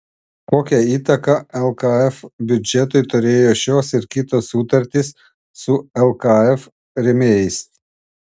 kokią įtaką lkf biudžetui turėjo šios ir kitos sutartys su lkf rėmėjais